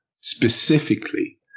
specifically